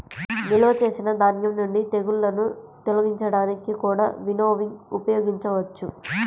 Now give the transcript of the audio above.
నిల్వ చేసిన ధాన్యం నుండి తెగుళ్ళను తొలగించడానికి కూడా వినోవింగ్ ఉపయోగించవచ్చు